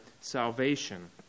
salvation